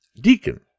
deacon